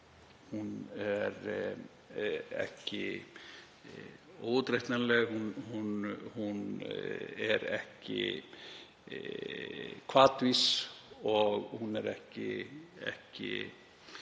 Hún er ekki óútreiknanleg, hún er ekki hvatvís og hún er ekki